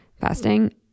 fasting